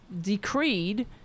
decreed